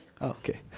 Okay